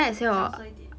小声一点